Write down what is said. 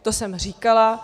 To jsem říkala.